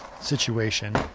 situation